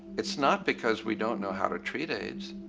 it's not because we don't know how to treat aids.